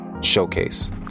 showcase